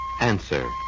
Answer